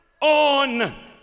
on